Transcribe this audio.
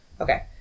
Okay